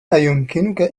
أيمكنك